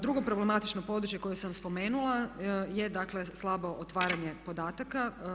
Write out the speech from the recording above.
Drugo problematično područje koje sam spomenula je dakle slabo otvaranje podataka.